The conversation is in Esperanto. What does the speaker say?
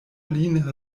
lin